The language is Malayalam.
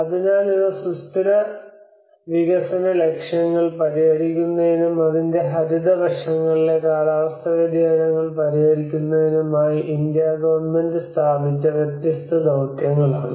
അതിനാൽ ഇവ സുസ്ഥിര വികസന ലക്ഷ്യങ്ങൾ പരിഹരിക്കുന്നതിനും അതിൻറെ ഹരിത വശങ്ങളിലെ കാലാവസ്ഥാ വ്യതിയാനങ്ങൾ പരിഹരിക്കുന്നതിനുമായി ഇന്ത്യാ ഗവൺമെന്റ് സ്ഥാപിച്ച വ്യത്യസ്ത ദൌത്യങ്ങളാണ്